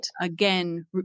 again